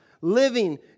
Living